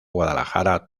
guadalajara